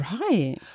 Right